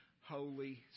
Holy